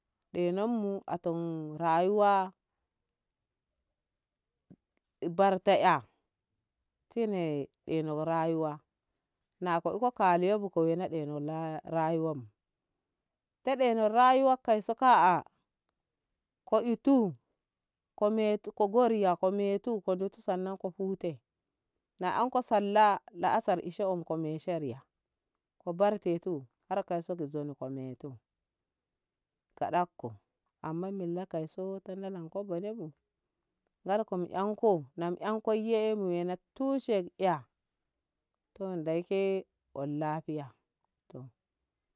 ɗe nonmu a tom rayuwa barta'a tine ino rayuwa na ko e ko kale bu ko we na leno la rayuwa bu kaɗeno rayuwa kai so ka'a ko etu ko metuko ko go riya ko metu go dus sannan ko hute na anko salla la'asar, esha na aka meshe riya ko bar tetu har kau so ki nzoni ki metu kaɗakko amma milla kai so ko lalanko boda bu ngalko mi anko nam an koiye bu wane tushe kya to dei ke on lafiya to.